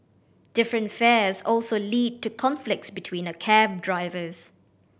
different fares also lead to conflicts between a cab drivers